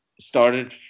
started